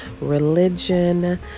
religion